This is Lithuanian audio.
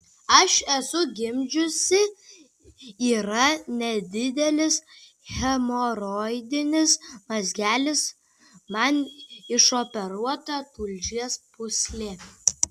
aš esu gimdžiusi yra nedidelis hemoroidinis mazgelis man išoperuota tulžies pūslė